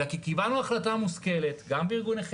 אלא כי קיבלנו החלטה מושכלת גם בארגון נכי